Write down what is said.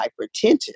hypertension